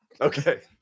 Okay